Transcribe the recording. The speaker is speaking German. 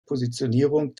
positionierung